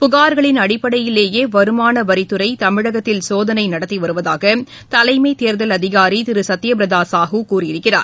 புகார்களின் அடிப்படையிலேயேவருமானவரித்துறைதமிழகத்தில் சோதனைநடத்திவருவதாகதலைமைதேர்தல் அதிகாரிதிருசத்யபிரதாசாஹு கூறியிருக்கிறார்